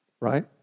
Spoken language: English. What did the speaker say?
right